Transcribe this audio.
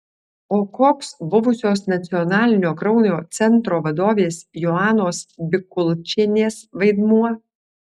o koks buvusios nacionalinio kraujo centro vadovės joanos bikulčienės vaidmuo